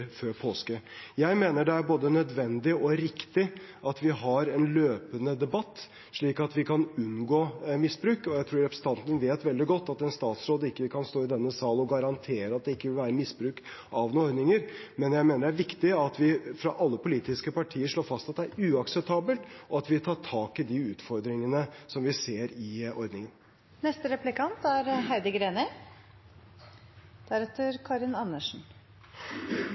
påske. Jeg mener det er både nødvendig og riktig at vi har en løpende debatt, slik at vi kan unngå misbruk. Jeg tror representanten vet veldig godt at en statsråd ikke kan stå i denne sal og garantere at det ikke vil være misbruk av noen ordninger, men jeg mener det er viktig at vi fra alle politiske partier slår fast at det er uakseptabelt, og at vi tar tak i de utfordringene som vi ser med ordningen.